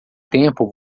tempo